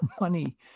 money